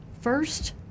First